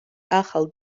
ახალ